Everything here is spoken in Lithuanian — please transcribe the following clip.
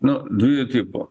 nu dujų tipo